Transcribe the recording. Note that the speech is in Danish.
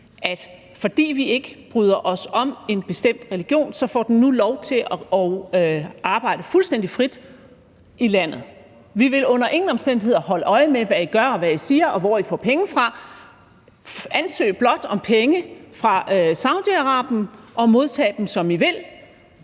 at fordi vi ikke bryder os om en bestemt religion, får den nu lov til at arbejde fuldstændig frit i landet: Vi vil under ingen omstændigheder holde øje med, hvad I gør, og hvad I siger, og hvor I får penge fra. Ansøg blot om penge fra Saudi-Arabien, og modtag dem, som I vil.